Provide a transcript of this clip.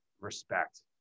respect